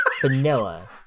Vanilla